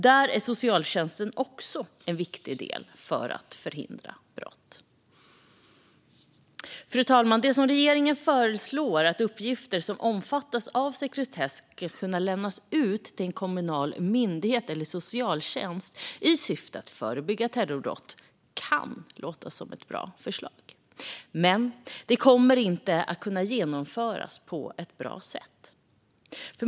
Där är socialtjänsten en viktig del för att förhindra brott. Fru talman! Det som regeringen föreslår, att uppgifter som omfattas av sekretess ska kunna lämnas ut till en kommunal myndighet inom socialtjänsten i syfte att förebygga terrorbrott, kan låta som ett bra förslag. Men det kommer inte att kunna genomföras på ett bra sätt.